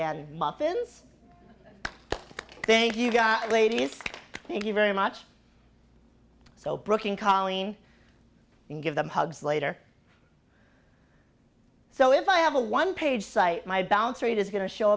and muffins thank you got it ladies thank you very much so brooking colleen can give them hugs later so if i have a one page site my bounce rate is going to show